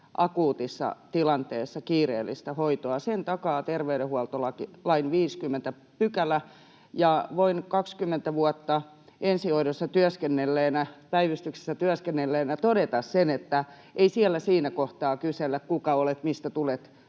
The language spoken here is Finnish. akuutissa tilanteessa kiireellistä hoitoa. Sen takaa terveydenhuoltolain 50 §. Voin 20 vuotta ensihoidossa työskennelleenä ja päivystyksessä työskennelleenä todeta, että ei siellä siinä kohtaa kysellä, kuka olet, mistä tulet,